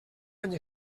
any